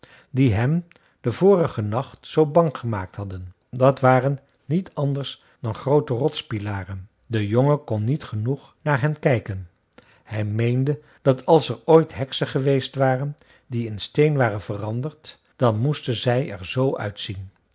die hem den vorigen nacht zoo bang gemaakt hadden dat waren niet anders dan groote rotspilaren de jongen kon niet genoeg naar hen kijken hij meende dat als er ooit heksen geweest waren die in steen waren veranderd dan moesten zij er z uitzien